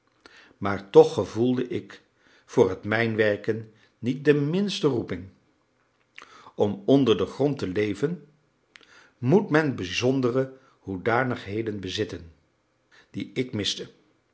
maar toch gevoelde ik voor het mijnwerken niet de minste roeping om onder den grond te leven moet men bijzondere hoedanigheden bezitten die ik miste